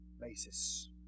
basis